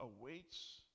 awaits